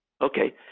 Okay